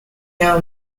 now